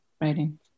writing